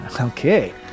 Okay